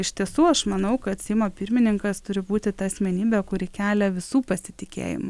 iš tiesų aš manau kad seimo pirmininkas turi būti ta asmenybė kuri kelia visų pasitikėjimą